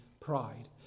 Pride